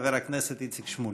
חבר הכנסת איציק שמולי.